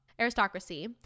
Aristocracy